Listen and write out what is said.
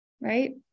Right